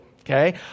okay